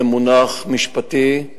זה מונח משפטי.